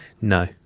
No